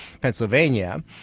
pennsylvania